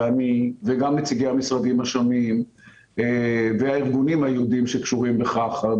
אני וגם נציגי המשרדים השונים והארגונים היהודיים שקשורים בכך,